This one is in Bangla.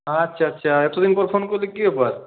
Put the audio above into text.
আচ্ছা আচ্ছা এতো দিন পর ফোন করলি কি ব্যাপার